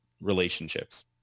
relationships